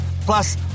Plus